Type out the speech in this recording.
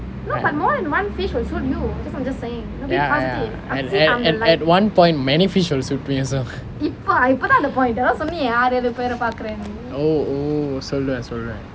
ya ya at at at one point many fish will suit me also oh oh sorry sorry